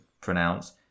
pronounce